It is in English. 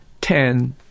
ten